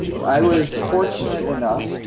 i was fortunate enough.